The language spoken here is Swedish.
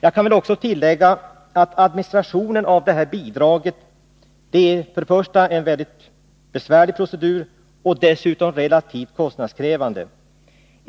Jag kan också tillägga att administrationen av bidraget är en mycket besvärlig procedur — och dessutom relativt kostnadskrävande.